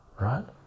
right